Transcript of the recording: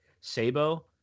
Sabo